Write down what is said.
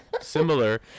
similar